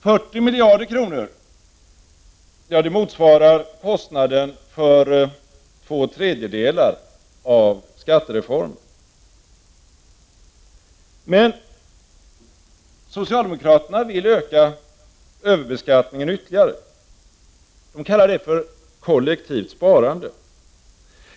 40 miljarder kronor motsvarar kostnaden för två tredjedelar av skattereformen. Men socialdemokraterna vill öka överbeskattningen ytterligare och kallar detta för kollektivt sparande.